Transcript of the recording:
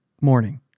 morning